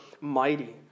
mighty